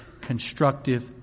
constructive